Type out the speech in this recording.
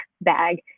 bag